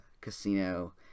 casino